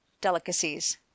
delicacies